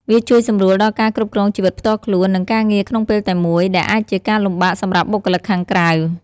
វាជួយសម្រួលដល់ការគ្រប់គ្រងជីវិតផ្ទាល់ខ្លួន និងការងារក្នុងពេលតែមួយ ដែលអាចជាការលំបាកសម្រាប់បុគ្គលិកខាងក្រៅ។